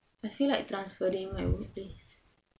I feel like transferring my workplace